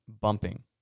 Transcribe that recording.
bumping